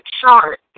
chart